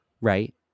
right